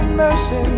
mercy